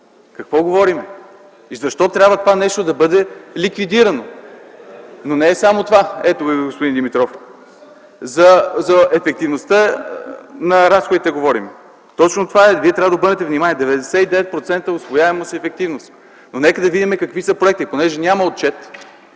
какво говорим? И защо трябва това нещо да бъде ликвидирано? Но не е само това. (Шум и реплики в залата.) Ето го и господин Димитров. За ефективността на разходите говорим. Точно това е: вие трябва да обърнете внимание – 99% усвояемост и ефективност, но нека да видим какви са проектите. Понеже няма отчет